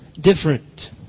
different